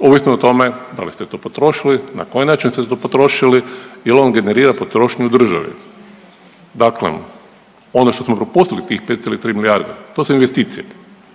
ovisno o tome da li ste to potrošili, na koji način ste to potrošili jel on generira potrošnju u državi. Dakle ono što smo propustili tih 5,3 milijarde to su investicije,